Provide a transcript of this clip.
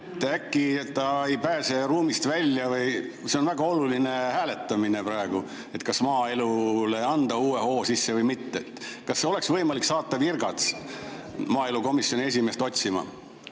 äkki ta ei pääse ruumist välja või ... See on väga oluline hääletamine praegu, kas maaelule anda uus hoog sisse või mitte. Kas oleks võimalik saata virgats maaelukomisjoni esimeest otsima?